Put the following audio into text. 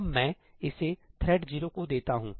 अब मैं इसे थ्रेड 0 को देता हूं